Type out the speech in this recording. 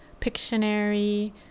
Pictionary